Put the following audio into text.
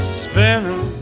spinning